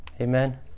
Amen